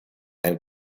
and